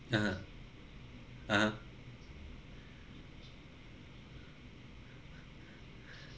(uh huh) (uh huh)